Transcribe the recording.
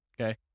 okay